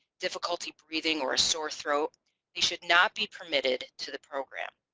difficulty breathing, or a sore throat they should not be permitted to the program.